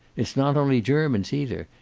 it's not only germans either.